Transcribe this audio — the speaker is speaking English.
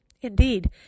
Indeed